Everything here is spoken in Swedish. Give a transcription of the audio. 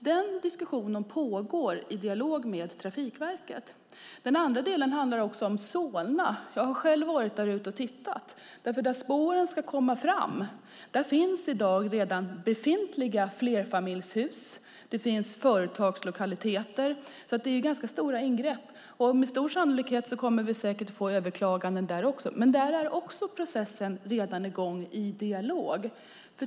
Den diskussionen pågår i dialog med Trafikverket. Den andra delen handlar även om Solna. Jag har själv varit där ute och tittat, för där spåren ska komma fram finns i dag redan befintliga flerfamiljshus och företagslokaler. Det handlar alltså om ganska stora ingrepp, och med stor sannolikhet kommer vi säkert att få överklaganden där också. Processen är dock redan i gång, i dialog.